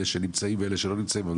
אלה שנמצאים ואלה שלא נמצאים כאן.